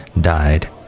died